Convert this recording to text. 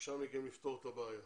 וביקשה מכם לפתור את הבעיה.